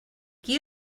qui